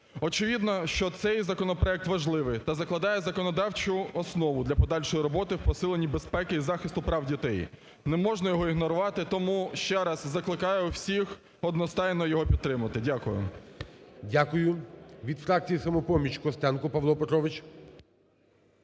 Очевидно, що цей законопроект важливий та закладає законодавчу основу для подальшої роботи в посиленні безпеки і захисту прав дітей, не можна його ігнорувати. Тому ще раз закликаю всіх одностайно його підтримати. Дякую. ГОЛОВУЮЧИЙ. Дякую. Від фракції "Самопоміч" – Костенко Павло Петрович.